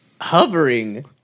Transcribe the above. hovering